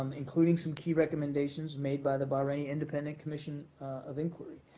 including some key recommendations made by the bahraini independent commission of inquiry.